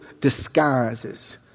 disguises